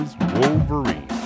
Wolverine